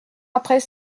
après